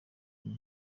ibi